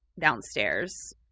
downstairs